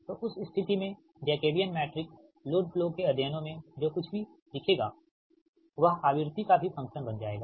तो उस स्थिति में जैकबियन मैट्रिक्स लोड फ्लो के अध्ययनों में जो कुछ भी दिखेगा वह आवृत्ति का भी फंक्शन बन जाएगा